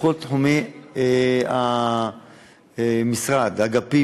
בכל תחומי המשרד והאגפים,